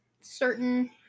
certain